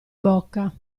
bocca